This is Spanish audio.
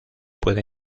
puede